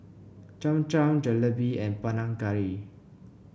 Cham Cham Jalebi and Panang Curry